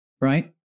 right